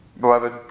Beloved